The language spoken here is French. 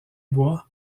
bois